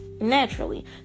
naturally